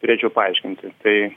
turėčiau paaiškinti tai